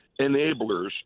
enablers